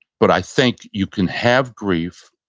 but i think you can have grief.